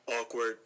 Awkward